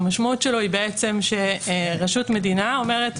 המשמעות שלו היא שרשות מדינה אומרת: